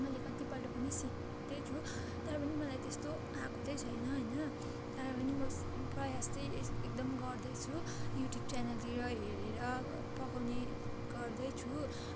मैले कतिपल्ट पनि सिक्दैछु तर पनि मलाई त्यस्तो आएको चाहिँ छैन होइन तर पनि म प्रयास चाहिँ यस एकदम गर्दैछु युट्युब च्यानलतिर हेरेर पकाउने गर्दैछु